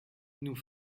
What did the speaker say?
nous